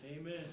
Amen